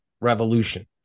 revolution